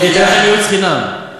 ייעוץ חינם.